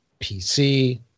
PC